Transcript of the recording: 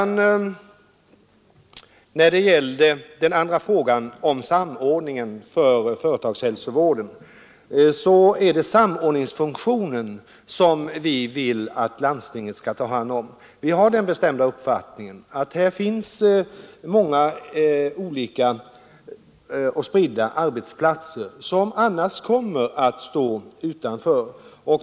När det gäller den andra frågan, om samordningen för företagshälsovården, är det samordningsfunktionen som vi vill att landstinget skall ta hand om. Vi har den bestämda uppfattningen att här finns många olika och spridda arbetsplatser som annars kommer att stå utanför.